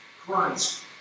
Christ